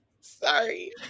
sorry